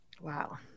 Wow